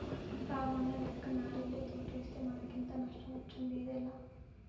రామన్నలెక్క నారింజ తోటేస్తే మనకింత నష్టమొచ్చుండేదేలా